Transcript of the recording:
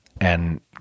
and-